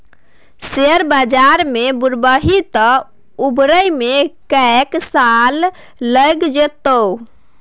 share बजार मे बुरभी तँ उबरै मे कैक साल लगि जेतौ